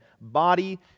body